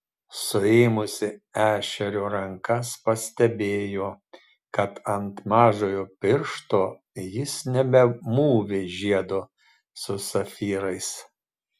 suėmusi ešerio rankas pastebėjo kad ant mažojo piršto jis nebemūvi žiedo su safyrais